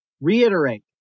reiterate